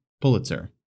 Pulitzer